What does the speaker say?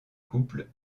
couples